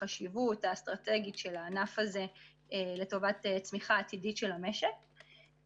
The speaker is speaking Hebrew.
החשיבות האסטרטגית של הענף הזה לטובת צמיחה עתידית של המשק,